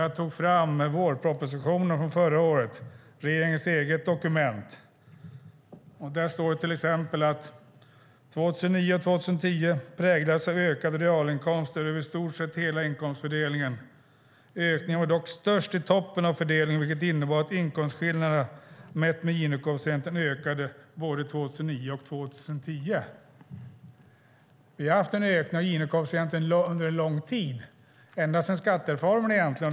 Jag tog fram vårpropositionen från förra året, alltså regeringens eget dokument. Där står det till exempel att 2009 och 2010 präglades av ökade realinkomster över i stort sett hela inkomstfördelningen. Ökningen var dock störst i toppen av fördelningen, vilket innebar att inkomstskillnaderna mätt med Gini-koefficienten ökade både 2009 och 2010. Vi har haft en ökning av Gini-koefficienten under en lång tid - ända sedan skattereformen, egentligen.